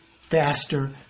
faster